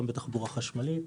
גם בתחבורה חשמלית,